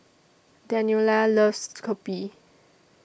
Daniela loves Kopi